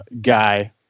guy